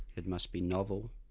it must be novel,